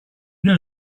know